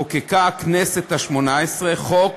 חוקקה הכנסת השמונה-עשרה חוק